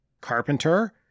Carpenter